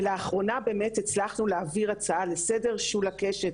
ולאחרונה באמת הצלחנו להעביר הצעה לסדר שהוא לקשת,